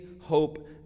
hope